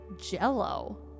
jello